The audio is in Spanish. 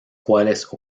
cuales